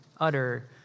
utter